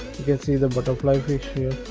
you can see the butterfly fish here